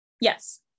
Yes